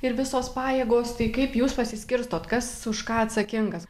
ir visos pajėgos tai kaip jūs pasiskirstot kas už ką atsakingas